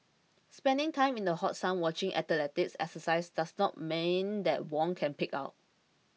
spending time in the hot sun watching athletes exercise does not mean that Wong can pig out